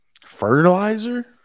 Fertilizer